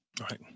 Right